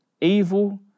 evil